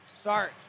Sarge